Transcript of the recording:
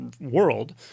world